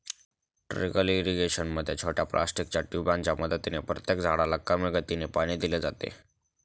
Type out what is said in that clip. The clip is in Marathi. ट्रीकल इरिगेशन मध्ये छोट्या प्लास्टिकच्या ट्यूबांच्या मदतीने प्रत्येक झाडाला कमी गतीने पाणी दिले जाते